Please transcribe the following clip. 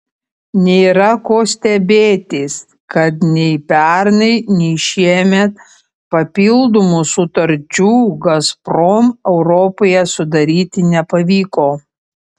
nėra ko stebėtis kad nei pernai nei šiemet papildomų sutarčių gazprom europoje sudaryti nepavyko